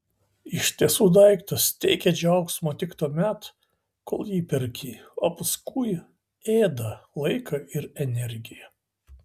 iš tiesų daiktas teikia džiaugsmo tik tuomet kol jį perki o paskui ėda laiką ir energiją